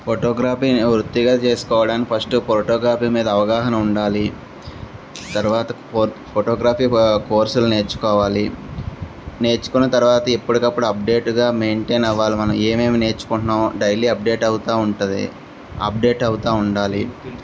ఫోటోగ్రఫీని వృత్తిగా చేసుకోవడానికి first photography మీద అవగాహన ఉండాలి తర్వాత ఫోటోగ్రఫీ కోర్సులు నేర్చుకోవాలి నేర్చుకున్న తర్వాత ఎప్పటికప్పుడు అప్డేట్గా మెయింటైన్ అవ్వాలి మనం ఏమేమి నేర్చుకుంటున్నాము డైలీ అప్డేట్ అవుతూ ఉంటుంది అప్డేట్ అవుతూ ఉండాలి